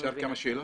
אפשר כמה שאלות?